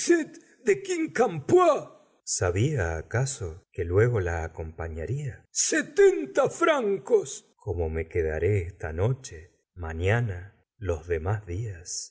de quincampoix sabia acaso que luego la acompañarla setenta francos como me quedaré esta noche mañana los demás días